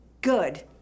Good